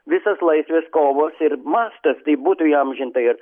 visas laisvės kovos ir mastas taip būtų įamžinta ir